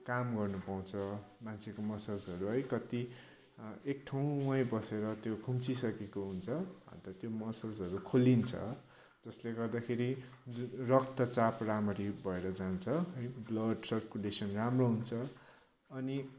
काम गर्नु पाउँछ मान्छेको मसल्सहरू है कति एक ठाउँमै बसेर त्यो खुम्चिसकेको हुन्छ अन्त त्यो मसल्सहरू खोलिन्छ जसले गर्दाखेरि रक्तचाप राम्ररी भएर जान्छ है ब्लड सर्कुलेसन राम्रो हुन्छ अनि